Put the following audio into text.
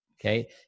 Okay